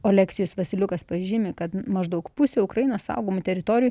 oleksijus vasiliukas pažymi kad maždaug pusė ukrainos saugomų teritorijų